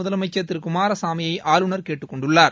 முதலமைச்சர் திரு குமாரசாமியை ஆளுநர் கேட்டுக்கொண்டுள்ளார்